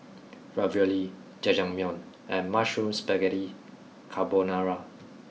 Ravioli Jajangmyeon and Mushroom Spaghetti Carbonara